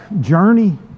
journey